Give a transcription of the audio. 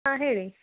ಹಾಂ ಹೇಳಿ